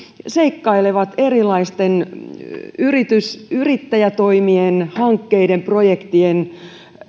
seikkailevat erilaisten yrittäjätoimien hankkeiden projektien